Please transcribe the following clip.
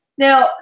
Now